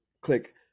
click